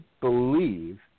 believe